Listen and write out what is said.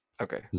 okay